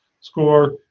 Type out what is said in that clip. score